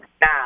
Now